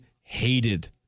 hated